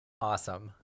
Awesome